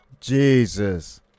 Jesus